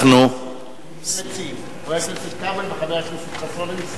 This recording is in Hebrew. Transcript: יש שני מציעים, חבר הכנסת כבל וחבר הכנסת חסון.